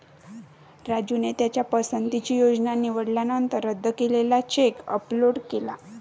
राजूने त्याच्या पसंतीची योजना निवडल्यानंतर रद्द केलेला चेक अपलोड केला